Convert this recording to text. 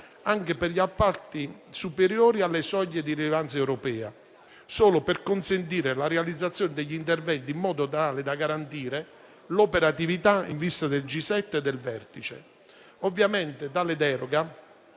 anche per gli appalti superiori alle soglie di rilevanza europea, solo per consentire la realizzazione degli interventi in modo tale da garantire l'operatività in vista del G7 e del Vertice. Ovviamente tale deroga